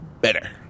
better